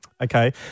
Okay